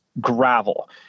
gravel